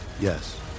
Yes